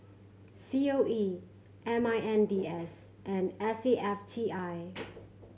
C O E M I N D S and S A F T I